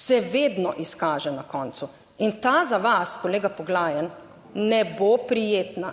se vedno izkaže na koncu. In ta za vas, kolega Poglajen, ne bo prijetna,